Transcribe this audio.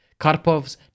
Karpov's